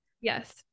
Yes